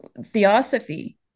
Theosophy